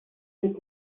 bit